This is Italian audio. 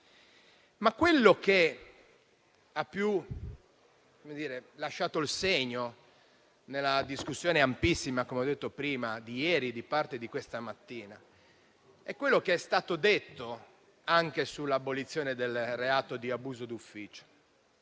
quello che ha più lasciato il segno nella discussione ampissima di ieri e di parte di questa mattina è ciò che è stato detto anche sull'abolizione del reato di abuso d'ufficio.